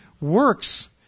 works